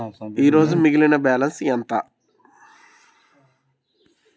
ఈరోజు మిగిలిన బ్యాలెన్స్ ఎంత?